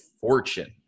fortune